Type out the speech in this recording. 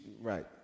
right